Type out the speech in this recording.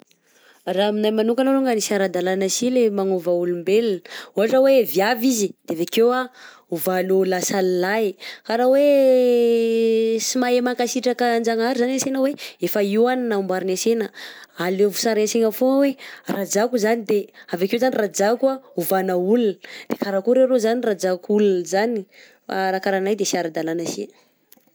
Ra aminahy manokagna lo oe, sy ara-dalagna si le magnova olombelona ohatra hoe viavy izy, avy akeo ovanao lasa lilahy ka ra hoe sy mahay mankasitraka an-janahary ansena oe efa io a namboariny ansena, alaivo sary an-tsaigna fôna oe, rajako zany de avy akeo zany rajako ovana olona de karakôry arô zany rajako olona zany fa raha karahanay de sy ara-dalagna si.